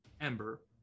Ember